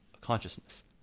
consciousness